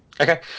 Okay